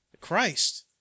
Christ